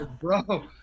Bro